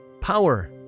Power